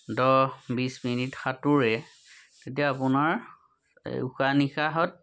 দহ বিছ মিনিট সাঁতোৰে তেতিয়া আপোনাৰ এই উশাহ নিশাহত